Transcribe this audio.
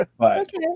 Okay